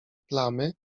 plamy